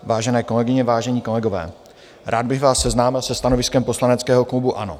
Vážené kolegyně, vážení kolegové, rád bych vás seznámil se stanoviskem poslaneckého klubu ANO.